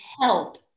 help